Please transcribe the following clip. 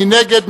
מי נגד?